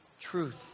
truth